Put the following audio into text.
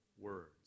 words